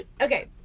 okay